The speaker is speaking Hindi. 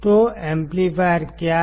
तो एम्पलीफायर क्या है